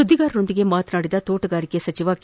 ಸುದ್ದಿಗಾರರೊಂದಿಗೆ ಮಾತನಾಡಿದ ತೋಟಗಾರಿಕಾ ಸಚಿವ ಕೆ